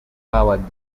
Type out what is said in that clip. powered